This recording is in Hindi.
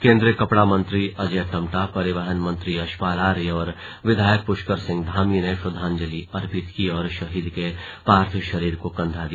केंद्रीय कपड़ा मंत्री अजय टम्टा परिवहन मंत्री यशपाल आर्य और विधायक पुष्कर सिंह धामी ने श्रद्वांजलि अर्पित की और शहीद के पार्थिव शरीर को कंधा दिया